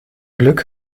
glück